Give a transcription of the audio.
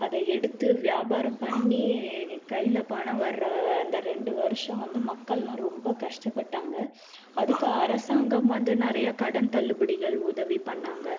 அதை எடுத்து வியாபாரம் பண்ணி கையில பணம் வர அந்த ரெண்டு வருஷம் வந்து மக்கள்லாம் ரொம்ப கஷ்டப்பட்டாங்கள் அதுக்கு அரசாங்கம் வந்து நிறையா கடன் தள்ளுபடிகள் உதவி பண்ணாங்கள்